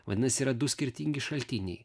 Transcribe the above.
vadinasi yra du skirtingi šaltiniai